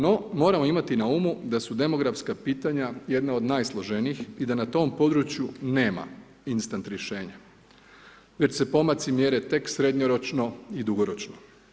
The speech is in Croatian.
No moramo imati na umu da su demografska pitanja jedna od najsloženijim i da na tom području nema instant rješenja već se pomaci mjere tek srednjoročno i dugoročno.